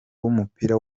w’umupira